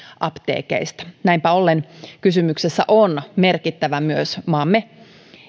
apteekeista näinpä ollen kysymyksessä on merkittävä myös maamme